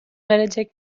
verecek